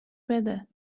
بده